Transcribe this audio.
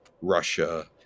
Russia